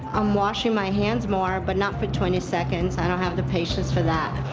i'm washing my hands more. but not for twenty seconds. i don't have the patience for that.